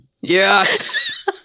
Yes